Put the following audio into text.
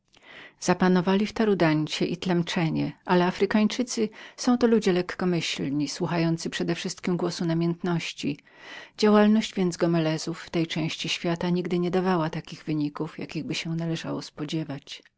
tronów zapanowali w tarudancie i temrenie ale afrykanie są to ludzie lekkomyślni słuchający przedewszystkiem głosu namiętności i powodzenia w tej części świata nigdy nie miały skutków jakichby się należało spodziewać